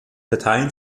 verteilten